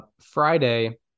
Friday